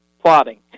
plotting